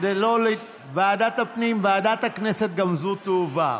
ועדת הפנים, ועדת הכנסת, גם זו תועבר.